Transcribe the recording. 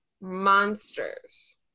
Monsters